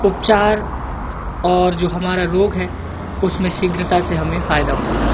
उपचार और जो हमारा रोग है उसमें शीघ्रता से हमें फायदा मिले